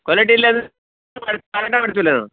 quality ಇಲ್ಲಾಂದ್ರೆ